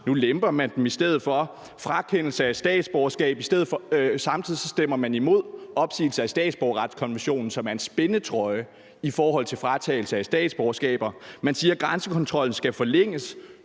Nu lemper man dem i stedet for. Det indeholdt også frakendelse af statsborgerskab, og samtidig stemmer man imod opsigelse af statsborgerretskonventionen, som er en spændetrøje i forhold til fratagelse af statsborgerskaber. Man siger, at grænsekontrollen skal forlænges.